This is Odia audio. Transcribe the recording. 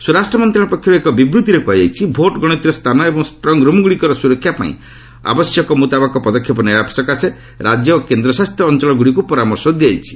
ସ୍ୱରାଷ୍ଟ୍ର ମନ୍ତ୍ରଣାଳୟ ପକ୍ଷରୁ ଏକ ବିବୃତ୍ତିରେ କୁହାଯାଇଛି ଭୋଟ୍ ଗଣତିର ସ୍ଥାନ ଏବଂ ଷ୍ଟ୍ରଙ୍ଗ୍ରୁମ୍ ଗୁଡ଼ିକର ସୁରକ୍ଷା ପାଇଁ ଆବଶ୍ୟକ ମୁତାବକ ପଦକ୍ଷେପ ନେବା ପାଇଁ ରାଜ୍ୟ ଓ କେନ୍ଦ୍ରଶାସିତ ଅଞ୍ଚଳଗୁଡ଼ିକୁ ପରାମର୍ଶ ଦିଆଯାଇଛି